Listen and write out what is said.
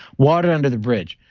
water under the bridge.